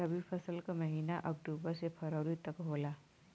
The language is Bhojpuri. रवी फसल क महिना अक्टूबर से फरवरी तक होला